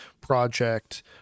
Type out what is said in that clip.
project